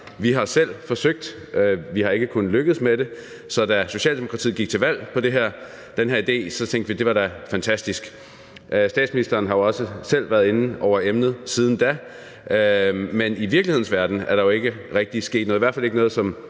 Vi har selv forsøgt, men vi har ikke kunnet lykkes med det. Så da Socialdemokratiet gik til valg på den her idé, tænkte vi: Det var da fantastisk. Statsministeren har også selv været inde på emnet siden da, men i virkelighedens verden er der jo ikke rigtig sket noget, i hvert fald ikke noget, som